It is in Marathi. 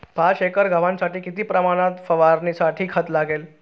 पाच एकर गव्हासाठी किती प्रमाणात फवारणीसाठी खत लागेल?